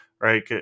right